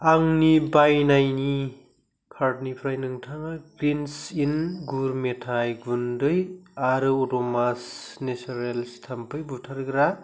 आंनि बायनायनि कार्टनिफ्राय नोंथाङा ग्रिन्ज इन गुर मेथाइ गुन्दै आरो अड'मास नेचारेल थाम्फै बुथारग्रा